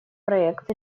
проект